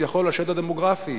כביכול השד הדמוגרפי,